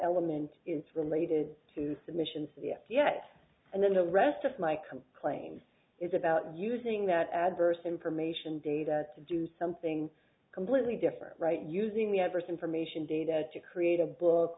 element is related to submissions yet and then the rest of my come claim is about using that adverse information data to do something completely different right using the adverse information data to create a book